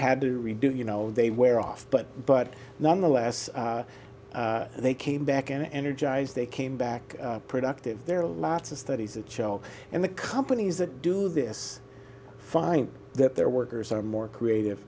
had to do you know they were off but but nonetheless they came back and energized they came back productive there are lots of studies that show and the companies that do this find that their workers are more creative